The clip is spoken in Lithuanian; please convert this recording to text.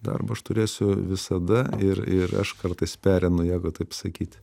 darbą aš turėsiu visada ir ir aš kartais pereinu jeigu taip sakyt